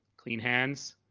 clean hands,